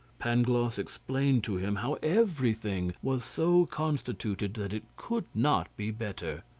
pangloss explained to him how everything was so constituted that it could not be better.